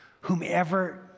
whomever